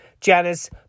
Janice